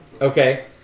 Okay